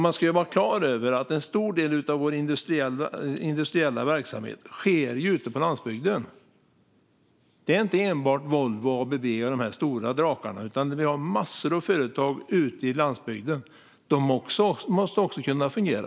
Man ska också vara klar över att en stor del av vår industriella verksamhet sker ute på landsbygden. Det är inte enbart Volvo, ABB eller de stora drakarna det handlar om, utan vi har massor av företag ute i landsbygden. De måste också kunna fungera.